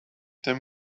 them